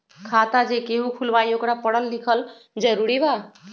खाता जे केहु खुलवाई ओकरा परल लिखल जरूरी वा?